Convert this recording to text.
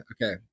Okay